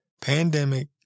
pandemic